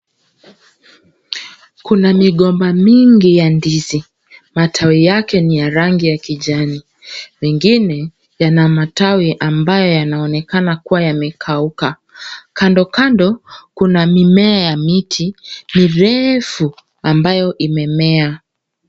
Kuna migomba mingi ya ndizi, matawi yake ni ya rangi ya kijani. Mengine, yana matawi ambayo yanaonekana kuwa yamekauka. Kando kando, kuna mimea ya miti mirefu ambayo imemea.